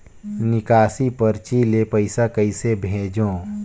निकासी परची ले पईसा कइसे भेजों?